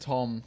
Tom